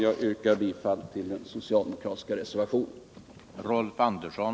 Jag yrkar bifall till den socialdemokratiska reservationen.